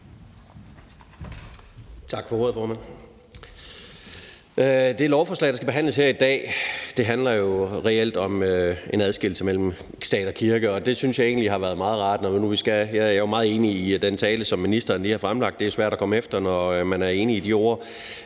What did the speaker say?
Tak for ordet, formand. Det lovforslag, der skal behandles her i dag, handler jo reelt om en adskillelse af stat og kirke. Jeg er jo meget enig i den tale, som ministeren lige har holdt, og det er jo svært at komme bagefter, når man er enig i de ord.